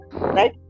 right